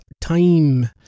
time